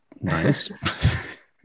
nice